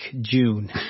June